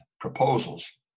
proposals